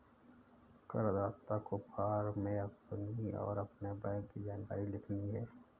करदाता को फॉर्म में अपनी और अपने बैंक की जानकारी लिखनी है